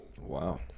Wow